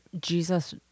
Jesus